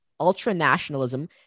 ultranationalism